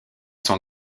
sont